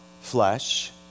flesh